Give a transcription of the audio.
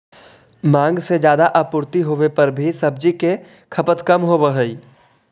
माँग से ज्यादा आपूर्ति होवे पर भी सब्जि के खपत कम होवऽ हइ